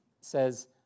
says